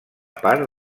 part